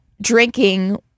drinking